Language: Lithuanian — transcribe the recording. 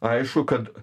aišku kad